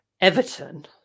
Everton